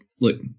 look